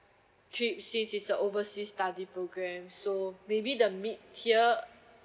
trip since it's a oversea study programme so maybe the mid tier